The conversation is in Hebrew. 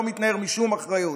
לא מתנער משום אחריות.